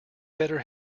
better